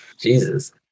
Jesus